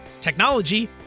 technology